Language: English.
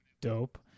dope